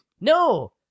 No